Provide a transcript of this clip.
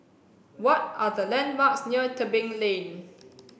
what are the landmarks near Tebing Lane